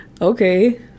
Okay